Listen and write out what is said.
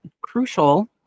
crucial